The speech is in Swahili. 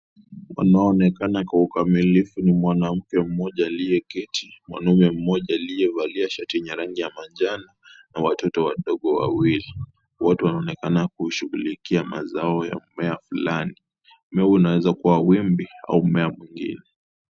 Wanaonekana kwa ukamilifu ni mwanamke mmoja aliyeketi, mwanamme mmoja aliyevalia shati yenye rangi ya manjano na watoto wadogo wawili. Wote wanaonekana kushughulikia mazao ya mmea fulani. Mmea unaweza kuwa wimbi au mmea mwingine.